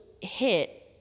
hit